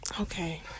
okay